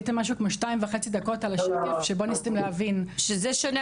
הייתם משהו כמו 2.5 דקות על השקף שבו ניסיתם להבין --- שזה שונה,